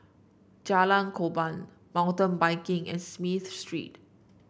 Jalan Korban Mountain Biking and Smith Street